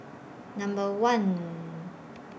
Number one